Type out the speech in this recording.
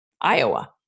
Iowa